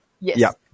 Yes